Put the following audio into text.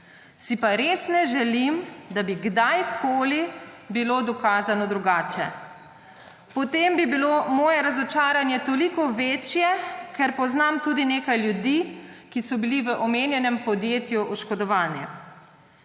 Si pa res ne želim, da bi bilo kadarkoli dokazano drugače. Potem bi bilo moje razočaranje toliko večje, ker poznam tudi nekaj ljudi, ki so bili v omenjenem podjetju oškodovani.